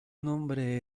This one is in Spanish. nombre